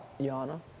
Yana